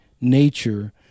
nature